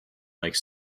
like